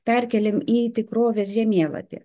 perkeliam į tikrovės žemėlapį